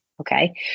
okay